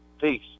Peace